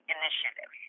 initiative